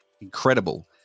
incredible